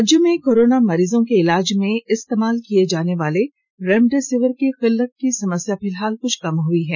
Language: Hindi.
राज्य में कोरोना मरीजों के इलाज में इस्तेमाल किए जाने वाले रेमडेसिविर की किल्लत की समस्या फिलहाल कुछ कम हुई है